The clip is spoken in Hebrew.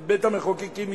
בבית-המחוקקים,